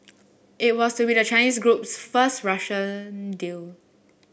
it was to be the Chinese group's first Russian deal